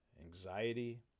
anxiety